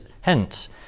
hence